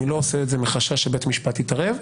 אני לא עושה את זה מחשש שבית משפט יתערב,